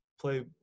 play